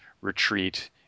retreat